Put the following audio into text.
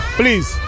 please